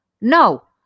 No